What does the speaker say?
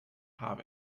have